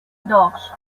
dos